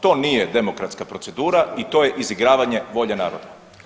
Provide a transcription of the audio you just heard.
To nije demokratska procedura i to je izigravanje volje naroda.